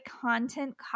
content